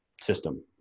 system